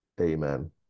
Amen